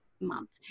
month